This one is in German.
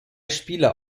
spieler